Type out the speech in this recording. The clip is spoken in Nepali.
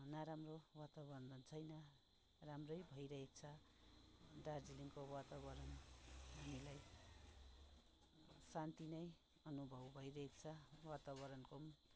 नराम्रो वातावरण छैन राम्रै भइरहेको छ दार्जिलिङको वातावरण हामीलाई शान्ति नै अनुभव भइरहेको छ वातावरणको पनि